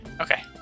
Okay